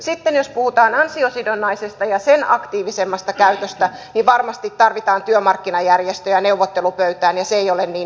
sitten jos puhutaan ansiosidonnaisesta ja sen aktiivisemmasta käytöstä varmasti tarvitaan työmarkkinajärjestöjä neuvottelupöytään ja se ei ole niin nopea tie